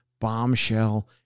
bombshell